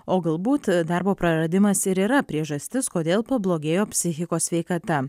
o galbūt darbo praradimas ir yra priežastis kodėl pablogėjo psichikos sveikata